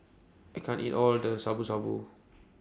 I can't eat All of This Shabu Shabu